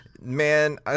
man